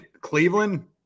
Cleveland